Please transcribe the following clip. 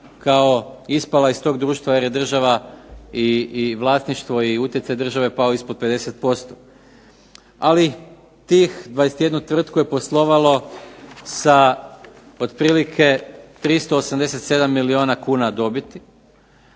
INA ispala iz tog društva jer je država i vlasništvo i utjecaj države pao ispod 50%. Ali tih 21 tvrtku je poslovalo sa otprilike 387 milijuna kuna dobiti,